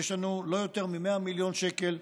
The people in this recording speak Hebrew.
יש לנו לא יותר מ-100 מיליון שקל,